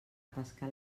pescar